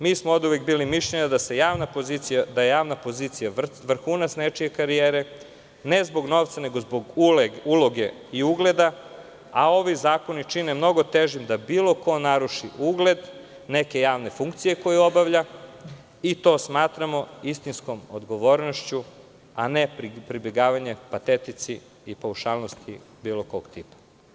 Mi smo oduvek bili mišljenja da je javna pozicija vrhunac nečije karijere, ne zbog novca, nego zbog uloge i ugleda, a ovi zakoni čine mnogo težim da bilo ko naruši ugled neke javne funkcije koju obavlja i to smatramo istinskom odgovornošću, a ne pribegavanju patetici i paušalnosti bilo kog tipa.